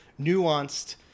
nuanced